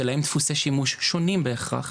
שלהם דפוסי שימוש שונים בהכרח.